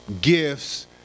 gifts